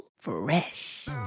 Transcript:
fresh